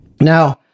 Now